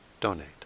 donate